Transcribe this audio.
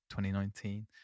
2019